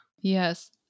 Yes